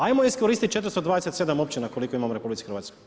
Ajmo iskoristiti 427 općina koliko imamo u RH.